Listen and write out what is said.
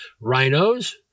rhinos